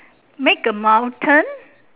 make a mountain